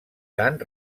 sant